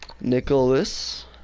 Nicholas